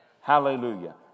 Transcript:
Hallelujah